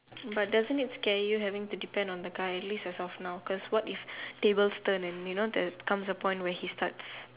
but doesn't it scare you having to depending on the guy guy at least as of now like what if tables turn and he starts